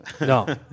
No